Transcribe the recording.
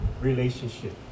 relationship